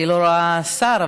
אני לא רואה שר,